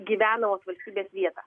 gyvenamos valstybės vietą